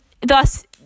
thus